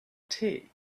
tea